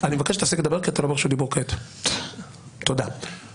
הייתה סתירה בין הזכות של הקהילה להגן על קיומה זכות שמעוגנת בחוק